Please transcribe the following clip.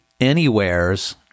anywheres